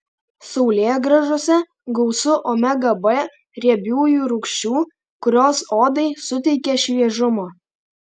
saulėgrąžose gausu omega b riebiųjų rūgščių kurios odai suteikia šviežumo